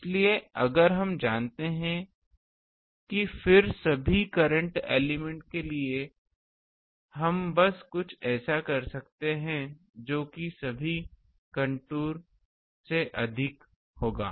इसलिए अगर हम जानते हैं कि फिर सभी फिलामेंट के लिए हम बस कुछ ऐसा कर सकते हैं जो इस सभी कंटूर से अधिक होगा